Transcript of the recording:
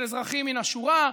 של אזרחים מן השורה,